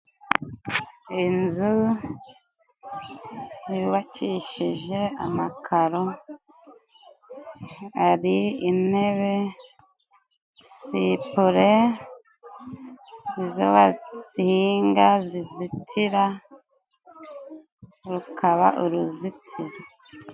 Inzu yubakishije amakaro hari; intebe, sipure zo bazinga zizitira rukaba uruzitiro.